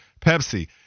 Pepsi